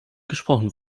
gesprochen